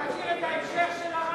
אתה מכיר את ההמשך של הרמב"ם?